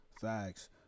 Facts